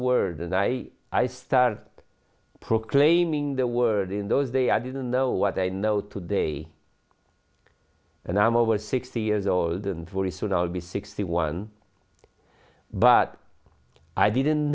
word and i i started proclaiming the word in those day i didn't know what i know today and i'm over sixty years old and very soon i'll be sixty one but i didn't